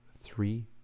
three